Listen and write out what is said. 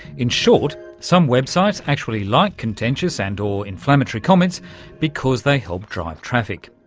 in short, some websites actually like contentious and or inflammatory comments because they help drive traffic.